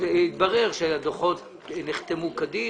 שהתברר שהדוחות נחתמו כדין